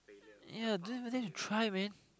yea don't even dare to try man